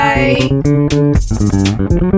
Bye